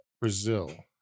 Brazil